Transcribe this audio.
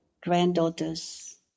granddaughters